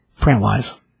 print-wise